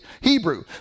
Hebrew